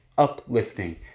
Uplifting